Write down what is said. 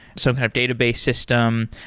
some kind of database system.